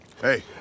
hey